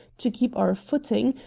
to keep our footing,